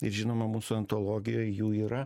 ir žinoma mūsų antologijoj jų yra